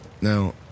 Now